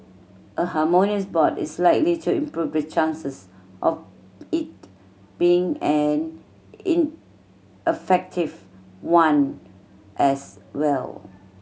a harmonious board is likely to improve the chances of it being an in one as well